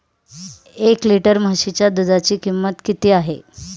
एक लिटर म्हशीच्या दुधाची किंमत किती आहे?